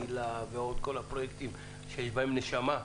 מיל"ה וכל הפרויקטים שיש בהם נשמה,